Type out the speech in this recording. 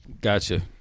Gotcha